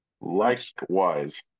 Likewise